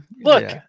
Look